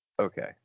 Okay